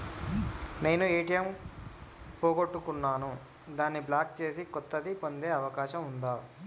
నేను ఏ.టి.ఎం పోగొట్టుకున్నాను దాన్ని బ్లాక్ చేసి కొత్తది పొందే అవకాశం ఉందా?